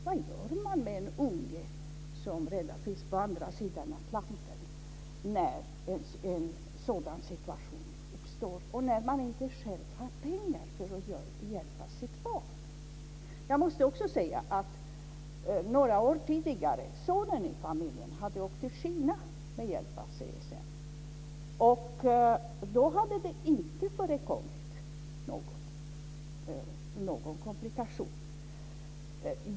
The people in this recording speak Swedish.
Vad gör man med en unge som redan finns på andra sidan Atlanten när en sådan situation uppstår och man inte själv har pengar för att hjälpa sitt barn? Jag måste också säga att sonen i familjen några år tidigare hade åkt till Kina med hjälp av CSN. Då hade det inte förekommit någon komplikation.